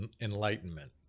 enlightenment